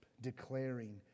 declaring